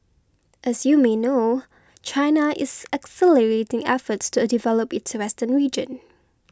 as you may know China is accelerating efforts to develop its western region